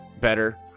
Better